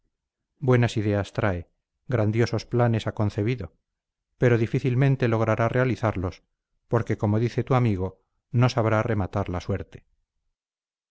buenas ideas trae grandiosos planes ha concebido pero difícilmente logrará realizarlos porque como dice tu amigo no sabrá rematar la suerte